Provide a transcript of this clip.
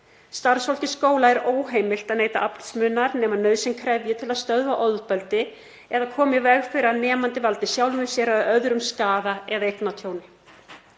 Starfsfólki skóla er óheimilt að neyta aflsmunar nema nauðsyn krefji til að stöðva ofbeldi eða koma í veg fyrir að nemandi valdi sjálfum sér eða öðrum skaða eða eignatjóni.